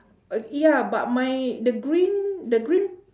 err yeah but my the green the green